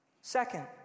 Second